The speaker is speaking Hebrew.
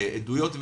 עדויות,